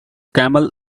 camel